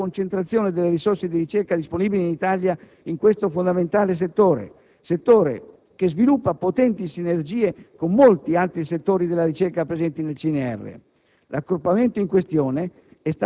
ha avuto l'importante obiettivo della concentrazione delle risorse di ricerca disponibili in Italia in questo fondamentale settore, che sviluppa potenti sinergie con molti altri settori della ricerca presenti nel CNR.